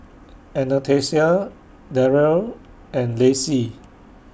Anastasia Daryle and Lacy